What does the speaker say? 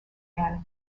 annie